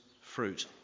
fruit